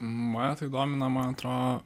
mane tai domina man atrodo